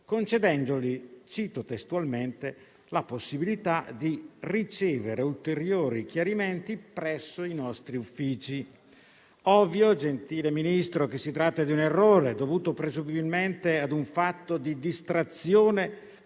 concedendogli - cito testualmente - "la possibilità di ricevere ulteriori chiarimenti presso i nostri uffici". È ovvio, signor Ministro, che si tratta di un errore, dovuto presumibilmente ad una distrazione,